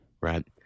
right